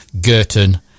Girton